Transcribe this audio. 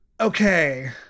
okay